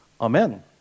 Amen